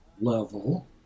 level